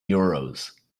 euros